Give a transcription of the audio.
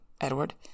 Edward